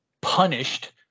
punished